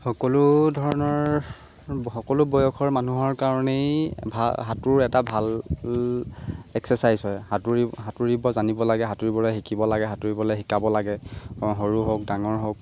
সকলো ধৰণৰ সকলো বয়সৰ মানুহৰ কাৰণেই ভাল সাঁতোৰ এটা ভাল এক্সাৰচাইজ হয় সাঁতুৰিব সাঁতুৰিব জানিব লাগে সাঁতুৰিবলৈ শিকিব লাগে সাঁতুৰিবলৈ শিকাব লাগে সৰু হওক ডাঙৰ হওক